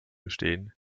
gestehen